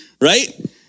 Right